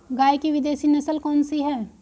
गाय की विदेशी नस्ल कौन सी है?